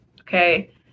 okay